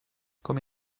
come